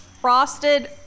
frosted